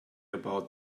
about